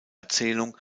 erzählung